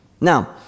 Now